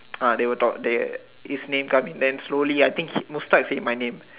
uh they were talk the his name come in then slowly I think Mustad said my name